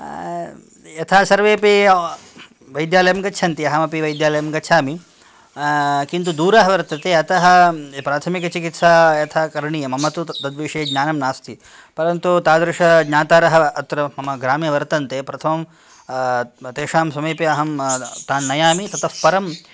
यथा सर्वेपि वैद्यालयं गच्छन्ति अहमपि वैद्यालयं गच्छामि किन्तु दूरः वर्तते अतः प्राथमिकचिकित्सा यथा करणीयं मम तु तद्विषये ज्ञानं नास्ति परन्तु तादृशः ज्ञातारः अत्र मम ग्रामे वर्तन्ते प्रथमं तेषां समीपे अहं तान् नयामि ततः परं